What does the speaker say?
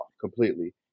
completely